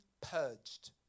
purged